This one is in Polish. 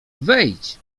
wejdź